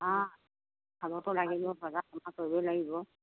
অঁ খাবটো লাগিব বজাৰ সমাৰ কৰিবই লাগিব